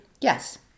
yes